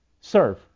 serve